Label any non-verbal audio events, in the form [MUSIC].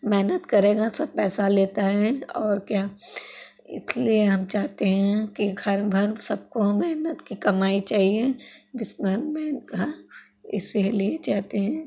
मेहनत करेगा सब पैसा लेता है और क्या इसलिए हम चाहते हैं कि घर भर सबको हम मेहनत की कमाई चाहिए [UNINTELLIGIBLE] इसीलिए चाहते हैं